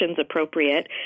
appropriate